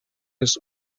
his